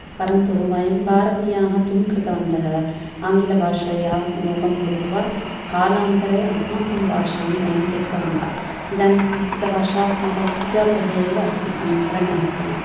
परन्तु वयं भारतीयाः किं कृतवन्तः आङ्गिलभाषया मोगं भूत्वा कालान्तरे अस्माकं भाषान् वयं त्यक्तवन्तः इदानीं संस्कृतभाषा अस्माकंं पूजागृहे एव अस्ति अन्यत्र नास्ति इति